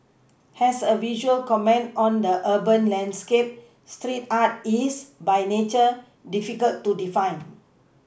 as a visual comment on the urban landscape street art is by nature difficult to define